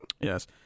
Yes